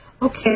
Okay